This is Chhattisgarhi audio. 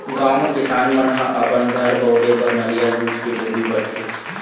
गाँव म किसान मन ह अपन घर बउरे बर नरियर बूच के डोरी बरथे